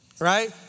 right